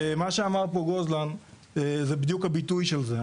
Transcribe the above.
ומה שאמר פה גוזלן זה בדיוק הביטוי של זה.